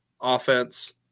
offense